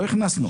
לא הכנסנו.